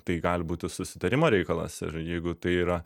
tai gali būti susitarimo reikalas ir jeigu tai yra